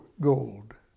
gold